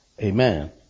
Amen